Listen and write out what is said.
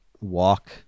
walk